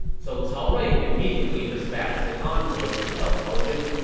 so cao rui immediately dispatched an envoy to tell cao zhen,